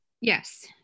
Yes